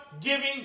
giving